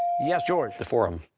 yes, george. the forum.